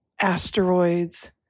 asteroids